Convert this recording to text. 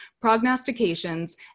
prognostications